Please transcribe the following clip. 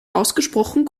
ausgesprochen